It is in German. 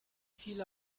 viele